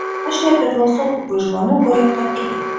aš nepriklausau tipui žmonių kurie tuo tiki